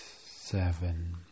seven